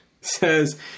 says